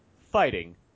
Fighting